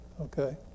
okay